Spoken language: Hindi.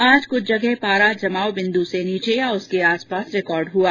आज कुछ जगह पारा जमाव बिन्दु से नीचे या उसके आसपास रिकॉर्ड हुआ